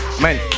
Man